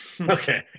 Okay